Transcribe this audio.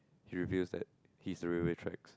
he refuse that he's real real tricks